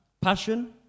Passion